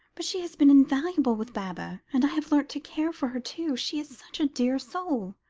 but she has been invaluable with baba and i have learnt to care for her, too. she is such a dear soul!